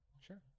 sure